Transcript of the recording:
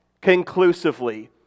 conclusively